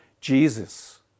Jesus